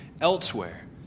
elsewhere